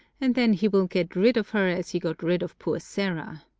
and then he will get rid of her as he got rid of poor sarah.